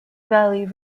valley